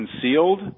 concealed